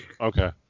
Okay